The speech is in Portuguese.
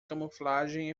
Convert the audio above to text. camuflagem